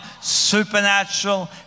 supernatural